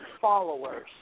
followers